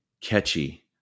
catchy